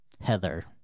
Heather